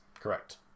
Correct